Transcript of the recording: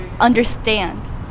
understand